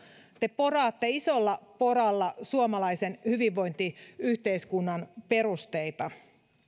te poraatte isolla poralla suomalaisen hyvinvointiyhteiskunnan perusteita